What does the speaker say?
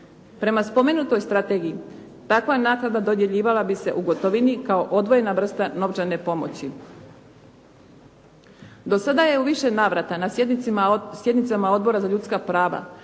Prema spomenutoj strategiji, takva naknada dodjeljivala bi se u gotovini kao odvojena vrsta novčane pomoći. Do sada je u više navrata na sjednicama Odbora za ljudska prava